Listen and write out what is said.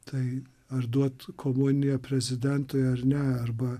tai ar duot komuniją prezidentui ar ne arba